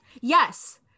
Yes